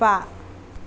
बा